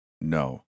No